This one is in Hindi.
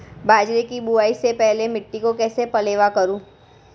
बाजरे की बुआई से पहले मिट्टी को कैसे पलेवा करूं?